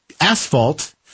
asphalt